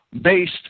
based